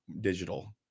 digital